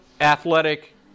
athletic